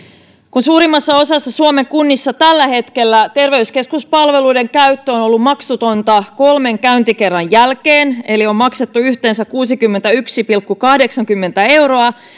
kun suurimmassa osassa suomen kunnista tällä hetkellä terveyskeskuspalveluiden käyttö on on ollut maksutonta kolmen käyntikerran jälkeen eli on maksettu yhteensä kuusikymmentäyksi pilkku kahdeksankymmentä euroa